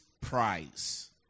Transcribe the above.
prize